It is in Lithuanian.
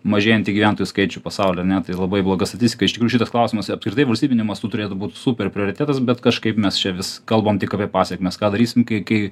mažėjantį gyventojų skaičių pasauly ane tai labai bloga statistika šitas klausimas apskritai valstybiniu mastu turėtų būt super prioritetas bet kažkaip mes čia vis kalbam tik apie pasekmes ką darysim kai kai